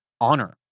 honor